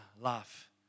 life